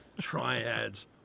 triads